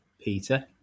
Peter